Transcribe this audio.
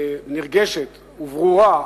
נרגשת וברורה,